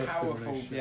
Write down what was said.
powerful